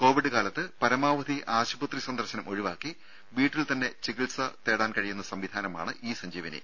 Covid കാലത്ത് പരമാവധി ആശുപത്രി സന്ദർശനം ഒഴിവാക്കി വീട്ടിൽ തന്നെ ചികിത്സ തേടാൻ കഴിയുന്ന സംവിധാനമാണ് ഇ സഞ്ജീവനി